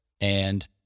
And-